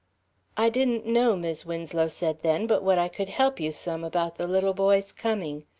i didn't know, mis' winslow said then, but what i could help you some about the little boy's coming.